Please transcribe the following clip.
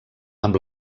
amb